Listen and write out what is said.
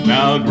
Now